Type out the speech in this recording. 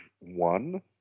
one